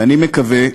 ואני מקווה,